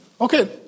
Okay